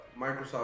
Microsoft